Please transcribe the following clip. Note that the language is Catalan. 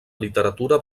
literatura